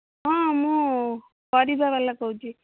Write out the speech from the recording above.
ହଁ ମୁଁ ପରିବା ବାଲା କହୁଛି